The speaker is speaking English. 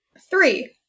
Three